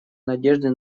надежды